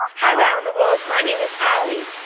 hi, wow in the world. my name is ali,